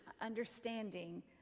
understanding